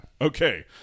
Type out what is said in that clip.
okay